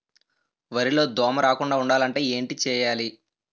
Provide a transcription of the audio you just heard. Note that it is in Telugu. వరిలో దోమ రాకుండ ఉండాలంటే ఏంటి చేయాలి?